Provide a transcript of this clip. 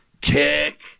kick